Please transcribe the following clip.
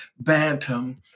Bantam